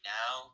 now